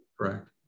correct